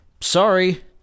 Sorry